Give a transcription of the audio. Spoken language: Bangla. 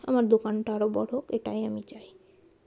আমার দোকানটা আরও বড় হোক এটাই আমি চাই